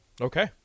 Okay